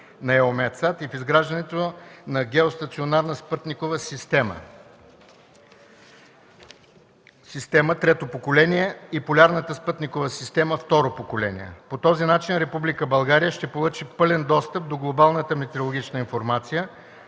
на EUMETSAT и в изграждането на геостационарната спътникова система трето поколение и полярната спътникова система второ поколение. По този начин, Република България ще получи пълен достъп до глобалната метеорологична информация,